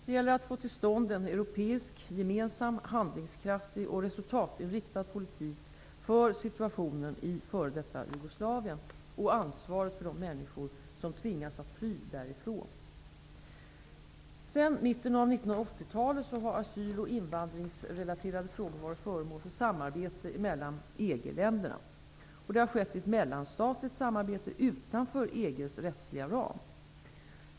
Det gäller att få till stånd en europeisk gemensam, handlingskraftig och resultatinriktad politik för situationen i f.d. Jugoslavien och ansvaret för de människor som tvingas fly därifrån. Sedan mitten av 1980-talet har asyl och invandringsrelaterade frågor varit föremål för samarbete mellan EG-länderna. Detta har skett i ett mellanstatligt samarbete utanför EG:s rättsliga ram.